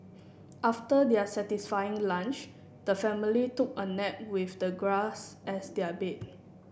after their satisfying lunch the family took a nap with the grass as their bed